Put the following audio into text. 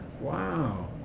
Wow